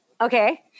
Okay